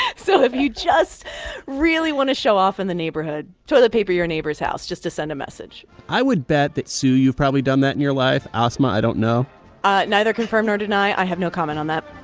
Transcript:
so if you just really want to show off in the neighborhood, toilet paper your neighbor's house just to send a message i would bet that, sue, you've probably done that in your life. asma, i don't know neither confirm nor deny. i have no comment on that